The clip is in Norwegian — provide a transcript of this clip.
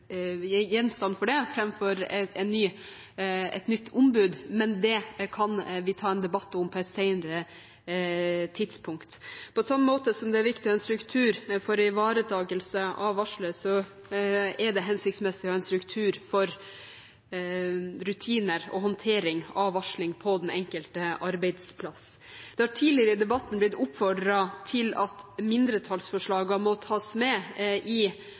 for det, framfor et nytt ombud, men det kan vi ta en debatt om på et senere tidspunkt. På samme måte som det er viktig å ha en struktur for ivaretakelse av varslere, er det hensiktsmessig å ha en struktur for rutiner og håndtering av varsling på den enkelte arbeidsplass. Det har tidligere i debatten blitt oppfordret til at mindretallsforslagene må tas med i